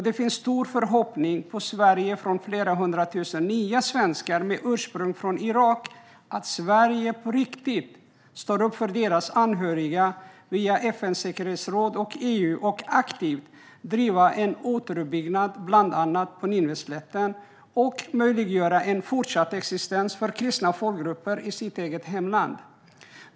Det finns en stor förhoppning på Sverige från flera hundra tusen nya svenskar med ursprung i Irak att Sverige på riktigt ska stå upp för deras anhöriga via FN:s säkerhetsråd och EU. Förhoppningen är att Sverige aktivt driver en återuppbyggnad bland annat på Nineveslätten och möjliggör en fortsatt existens för kristna folkgrupper i deras eget hemland.